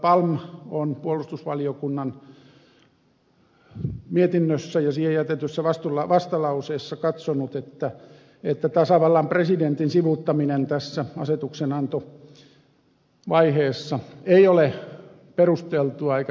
palm on puolustusvaliokunnan mietinnössä ja siihen jätetyssä vastalauseessa katsonut että tasavallan presidentin sivuuttaminen tässä asetuksenantovai heessa ei ole perusteltua eikä viisasta